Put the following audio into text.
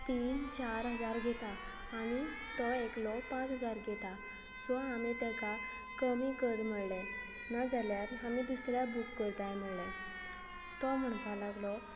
तीन चार हजार घेता आनी तो एकलो पांच हजार घेता सो आमी ताका कमी कर म्हणलें नाजाल्यार आमी दुसऱ्या बूक करताय म्हणलें तो म्हणपा लागलो